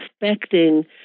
expecting